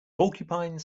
porcupine